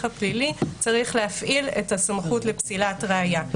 הפלילי צריך להפעיל את הסמכות לפסילת ראיה.